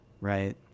right